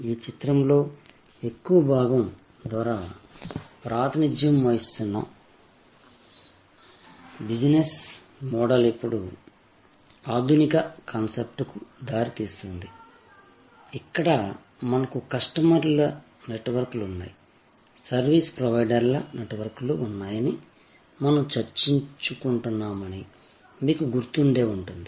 ఈ చిత్రం లో ఎగువ భాగం ద్వారా ప్రాతినిధ్యం వహిస్తున్న బిజినెస్ మోడల్ ఇప్పుడు ఆధునిక కాన్సెప్ట్కు దారి తీస్తుంది ఇక్కడ మనకు కస్టమర్ల నెట్వర్క్లు ఉన్నాయి సర్వీస్ ప్రొవైడర్ల నెట్వర్క్లు ఉన్నాయని మనం చర్చించుకుంటున్నామని మీకు గుర్తుండే ఉంటుంది